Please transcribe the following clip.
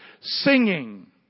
singing